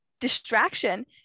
distraction